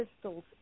crystals